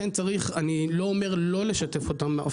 אני לא אומר לא לשתף אותם,